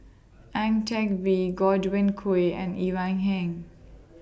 Ang Teck Bee Godwin Koay and Ivan Heng